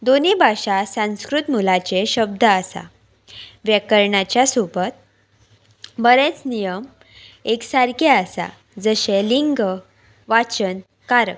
दोनी भाशा सांस्कृत मुळाचे शब्द आसा व्याकरणाच्या सोबत बरेंच नियम एक सारके आसा जशें लिंग वचन कारक